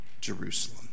Jerusalem